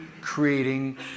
creating